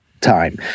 time